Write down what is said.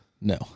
No